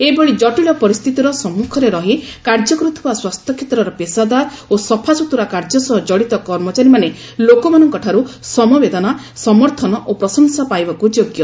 ଏଭଳି ଜଟିଳ ପରିସ୍ଥିତିରେ ସମ୍ମୁଖରେ ରହି କାର୍ଯ୍ୟ କରୁଥିବା ସ୍ୱାସ୍ଥ୍ୟକ୍ଷେତ୍ରର ପେଶାଦାର ଓ ସଫାସୁତୁରା କାର୍ଯ୍ୟ ସହ କଡ଼ିତ କର୍ମଚାରୀମାନେ ଲୋକମାନଙ୍କଠାରୁ ସମବେଦନା ସମର୍ଥନ ଓ ପ୍ରଶଂସା ପାଇବାକୁ ଯୋଗ୍ୟ